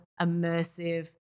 immersive